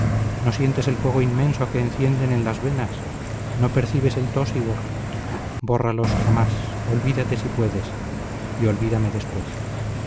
no sientes el fuego inmenso que encienden en las venas no percibes el tósigo bórralos jamás olvídate si puedes y olvídame después